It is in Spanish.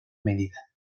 medida